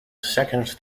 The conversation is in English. second